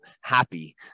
happy